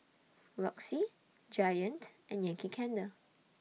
Roxy Giant and Yankee Candle